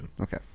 Okay